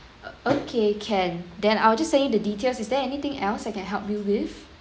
o~ okay can then I'll just send you the details is there anything else I can help you with